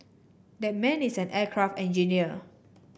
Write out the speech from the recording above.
that man is an aircraft engineer